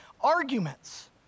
arguments